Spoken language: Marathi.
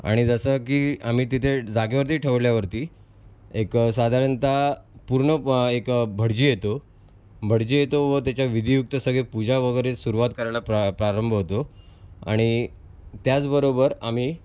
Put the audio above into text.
आणि जसं की आम्ही तिथे जागेवरती ठेवल्यावरती एक साधारणतः पूर्ण एक भटजी येतो भटजी येतो व त्याच्या विधियुक्त सगळी पूजा वगैरे सुरवात करायला प्रा प्रारंभ होतो आणि त्याचबरोबर आम्ही